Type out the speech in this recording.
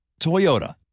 toyota